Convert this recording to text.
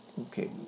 Okay